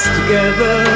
together